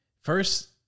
First